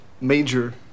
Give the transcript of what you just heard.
major